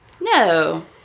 No